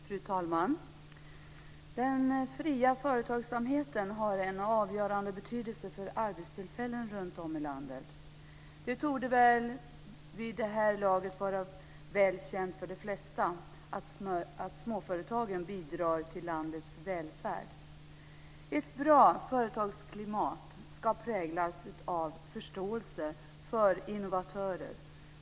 Fru talman! Den fria företagsamheten har en avgörande betydelse för arbetstillfällen runtom i landet. Det torde vid det här laget vara väl känt för de flesta att småföretagen bidrar till landets välfärd. Ett bra företagsklimat ska präglas av förståelse för innovatörer.